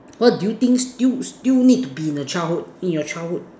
what do you think still still need to be in the childhood your childhood